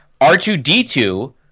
R2D2